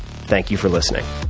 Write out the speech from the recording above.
thank you for listening.